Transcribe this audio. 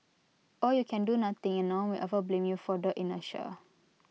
or you can do nothing and no one will ever blame you for the inertia